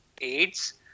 aids